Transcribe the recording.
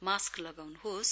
mask लगाउनुहोस्